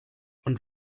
und